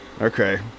Okay